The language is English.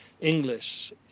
English